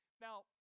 Now